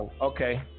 Okay